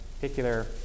particular